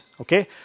Okay